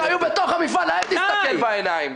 שהיו בתוך המפעל להם תסתכל בעיניים.